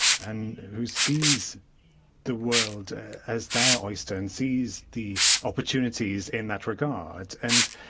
and who sees the world as their oyster and sees the opportunities in that regard. and